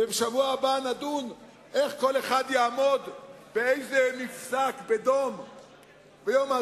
ובשבוע הבא נדון איך כל אחד יעמוד בדום ובאיזה מפשק ביום העצמאות?